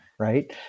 right